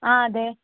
ആ അതെ